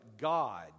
God